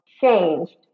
changed